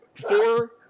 four